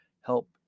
help